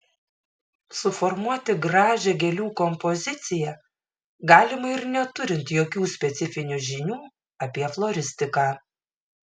suformuoti gražią gėlių kompoziciją galima ir neturint jokių specifinių žinių apie floristiką